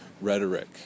rhetoric